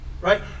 right